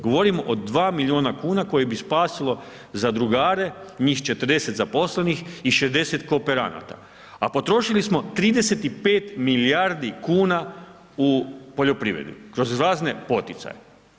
Govorim o 2 milijuna kuna koji bi spasilo zadrugare, njih 40 zaposlenih i 60 kooperanata a potrošili smo 35 milijardi kuna u poljoprivredu kroz razne poticaje.